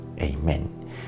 Amen